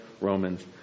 Romans